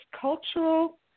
cultural